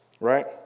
right